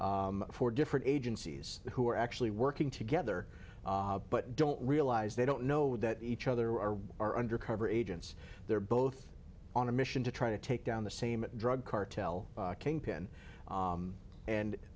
for different agencies who are actually working together but don't realize they don't know that each other or are undercover agents they're both on a mission to try to take down the same drug cartel kingpin